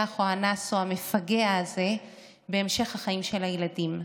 או האנס או המפגע הזה בהמשך החיים של הילדים.